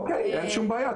אין בעיה,